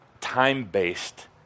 time-based